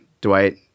Dwight